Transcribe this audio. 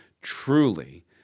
truly